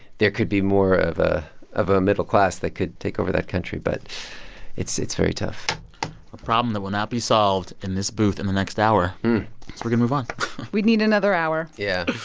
there could be more of ah of a middle class that could take over that country. but it's it's very tough a problem that will not be solved in this booth in the next hour so we're going move on we'd need another hour yeah.